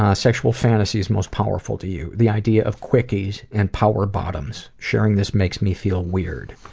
ah sexual fantasies most powerful to you? the idea of quickies and power bottoms. sharing this makes me feel weird.